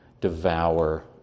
devour